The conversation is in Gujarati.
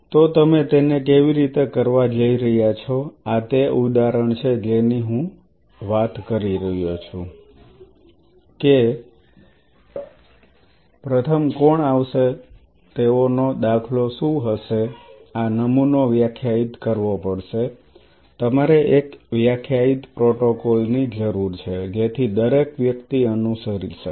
તો તમે તેને કેવી રીતે કરવા જઈ રહ્યા છો આ તે ઉદાહરણ છે જેની હું વાત કરી રહ્યો છું કે પ્રથમ કોણ આવશે તેઓનો દાખલો શું હશે આ નમૂનો વ્યાખ્યાયિત કરવો પડશે તમારે એક વ્યાખ્યાયિત પ્રોટોકોલની જરૂર છે જેથી દરેક વ્યક્તિ અનુસરી શકે